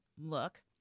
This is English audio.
look